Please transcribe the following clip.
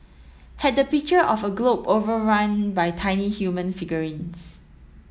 had the picture of a globe overrun by tiny human figurines